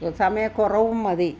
സമയക്കുറവും മതി